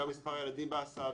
גם מספר הילדים בהסעה,